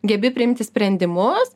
gebi priimti sprendimus